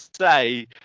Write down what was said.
say